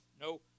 no